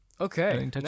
Okay